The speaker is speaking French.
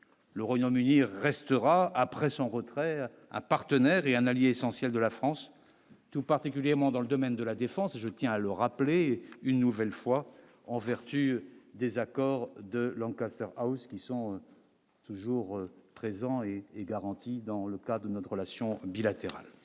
le Renault munir restera après son retrait, un partenaire et un allié essentiel de la France, tout particulièrement dans le domaine de la défense, je tiens à le rappeler une nouvelle fois en vertu. Des accords de Lancaster House qui sont toujours présents et est garantie dans le cas de notre relation bilatérale,